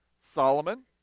Solomon